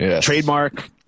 Trademark